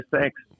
Thanks